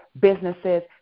businesses